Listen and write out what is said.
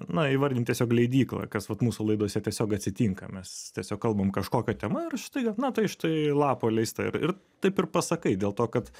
na įvardint tiesiog leidykla kas vat mūsų laidose tiesiog atsitinka mes tiesiog kalbam kažkokia tema ir šitaip na tai štai lapo leista ir ir taip ir pasakai dėl to kad